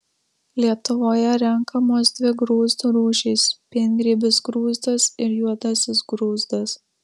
lietuvoje renkamos dvi grūzdų rūšys piengrybis grūzdas ir juodasis grūzdas